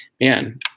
man